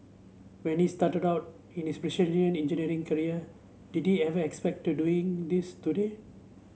when he started out in his precision engineering career did he ever expect to doing this today